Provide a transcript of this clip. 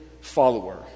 follower